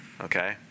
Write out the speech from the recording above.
okay